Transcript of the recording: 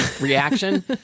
reaction